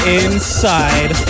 inside